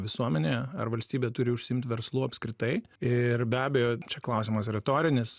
visuomenėje ar valstybė turi užsiimt verslu apskritai ir be abejo čia klausimas retorinis